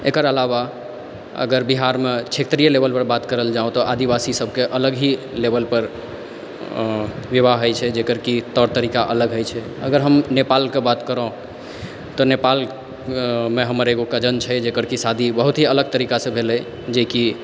एकर अलावा अगर बिहार मे क्षेत्रीय लेवल पर बात करल जाउ तऽ आदिवासी सबके अलग ही लेवल पर आँ विवाह होइ छै जेकर कि तौर तरीका अलग होइ छै अगर हम नेपालके बात करौं तऽ नेपाल मे हमर एगो कजिन छै जेकर कि शादी बहुत ही अलग तरीका सऽ भेलै जे कि